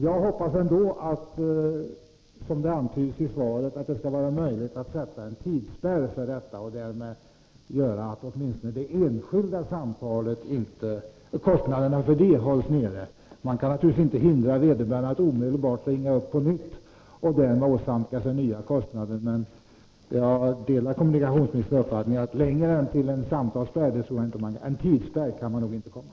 Jag hoppas ändå att det, som antyds i svaret, skall vara möjligt att sätta en tidsspärr för dessa samtal, så att åtminstone kostnaderna för varje enskilt samtal hålls nere. Naturligtvis kan man inte hindra vederbörande att omedelbart ringa upp på nytt och därmed åsamka sig ytterligare kostnader. Jag delar dock kommunikationsministerns uppfattning, att man inte kan gå längre än att eventuellt införa en tidsspärr.